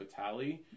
Batali